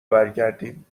برگردیم